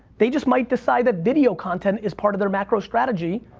they just might decide that video content is part of their macro strategy.